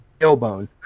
tailbone